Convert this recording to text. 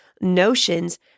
notions